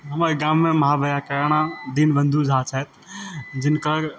हमर गाममे महावैयाकरणा दिनबन्दु झा छथि जिनकर